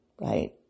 Right